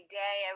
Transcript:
day